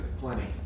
Plenty